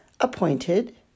appointed